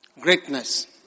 Greatness